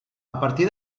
partir